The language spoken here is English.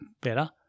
better